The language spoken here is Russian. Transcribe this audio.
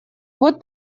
вот